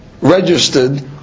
registered